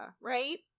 right